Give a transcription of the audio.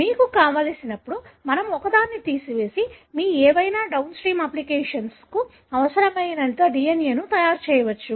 మీకు కావలసినప్పుడు మనము ఒకదాన్ని తీసివేసి మీ ఏవైనా డౌన్స్ట్రీమ్ అప్లికేషన్లకు అవసరమైనంత DNA ని తయారు చేయవచ్చు